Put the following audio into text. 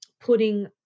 putting